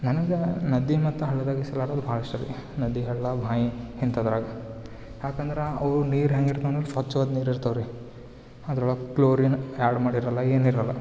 ನನ್ಗೆ ನದಿ ಮತ್ತು ಹಳ್ಳದಲ್ಲಿ ಈಜಾಡೋದ್ ಭಾಳ್ ಇಷ್ಟ ರೀ ನದಿ ಹಳ್ಳ ಬಾವಿ ಇಂಥದ್ರಾಗ ಯಾಕಂದ್ರೆ ಅವು ನೀರು ಹೆಂಗಿತಂದ್ರೆ ಸ್ವಚ್ವಾದ ನೀರು ಇರ್ತವೆ ರೀ ಅದ್ರೊಳಗೆ ಕ್ಲೋರಿನ್ ಆ್ಯಡ್ ಮಾಡಿರೋಲ್ಲ ಏನಿರೋಲ್ಲ